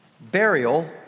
burial